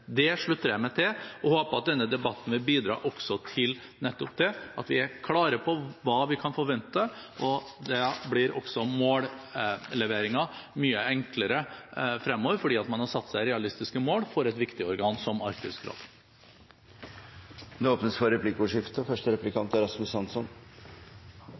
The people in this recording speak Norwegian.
Det slutter jeg meg til, og jeg håper at denne debatten vil bidra også til nettopp det, at vi er klare på hva vi kan forvente. Da blir også målleveringen mye enklere fremover, fordi man har satt seg realistiske mål for et viktig organ som Arktisk råd. Det åpnes for replikkordskifte. Jeg takker utenriksministeren for en god redegjørelse og